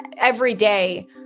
everyday